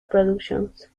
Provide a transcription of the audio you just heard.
productions